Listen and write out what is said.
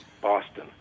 Boston